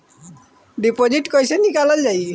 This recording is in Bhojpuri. डिपोजिट कैसे निकालल जाइ?